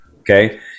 okay